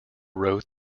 wrote